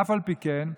אף על פי כן,